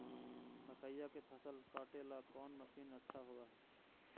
मकइया के फसल काटेला कौन मशीन अच्छा होव हई?